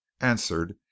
answered